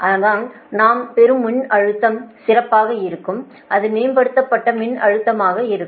அதனால் நாம் பெறும் மின்னழுத்தம் சிறப்பாக இருக்கும் அது மேம்படுத்தப்பட்ட மின்னழுத்தமாக இருக்கும்